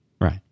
Right